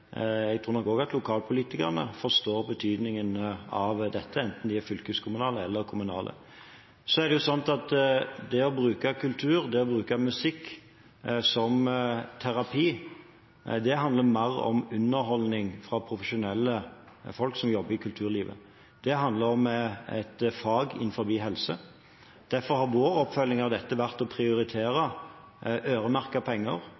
fylkeskommunale eller kommunale. Det å bruke kultur, det å bruke musikk som terapi handler om mer enn underholdning fra profesjonelle folk som jobber i kulturlivet. Det handler om et fag innen helse. Derfor har vår oppfølging av dette vært å prioritere øremerkede penger